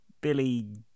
Billy